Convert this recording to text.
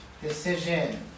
decision